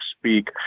speak